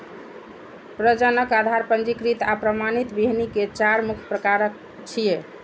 प्रजनक, आधार, पंजीकृत आ प्रमाणित बीहनि के चार मुख्य प्रकार छियै